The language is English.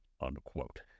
unquote